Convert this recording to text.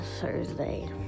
Thursday